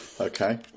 Okay